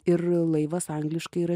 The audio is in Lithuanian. ir laivas angliškai yra